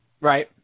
Right